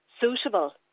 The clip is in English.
suitable